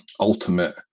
ultimate